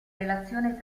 relazione